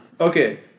Okay